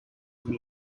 mil